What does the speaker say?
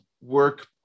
work